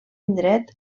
indret